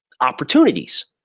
opportunities